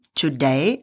today